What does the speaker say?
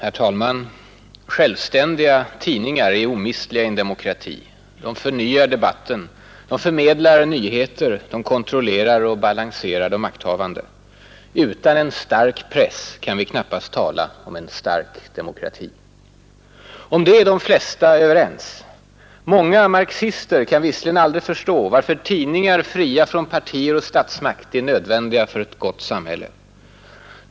Nr 85 Herr talman! Självständiga tidningar är omistliga i en demokrati. De sz a Å Onsdagen den förnyar debatten, förmedlar nyheter, kontrollerar och balanserar de 24 maj 1972 makthavande. Utan en stark press kan vi knappast tala om en stark 20020 demokrati. Skatt på reklam, Om det är de flesta ense. Många marxister kan visserligen aldrig förstå —”. m. varför tidningar fria från partier och statsmakt är nödvändiga för ett gott samhälle.